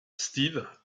steve